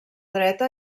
dreta